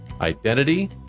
Identity